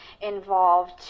involved